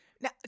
Now